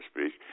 speak